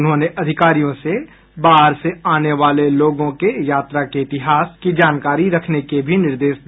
उन्होंने अधिकारियों से बाहर से आने वाले लोगों के यात्रा इतिहास की जानकारी रखने का भी निर्देश दिया